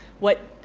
what